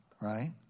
right